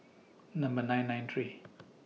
Number nine nine three